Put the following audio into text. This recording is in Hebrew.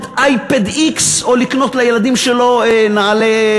אייפד x או לקנות לילדים שלו נעלי,